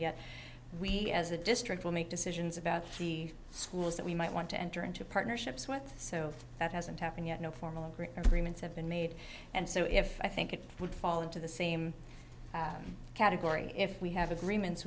yet we as a district will make decisions about the schools that we might want to enter into partnerships with so that hasn't happened yet no formal great everyman's have been made and so if i think it would fall into the same category if we have agreements